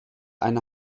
eine